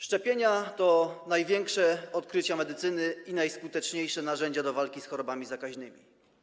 Szczepienia to największe odkrycia medycyny i najskuteczniejsze narzędzia do walki z chorobami zakaźnymi.